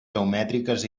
geomètriques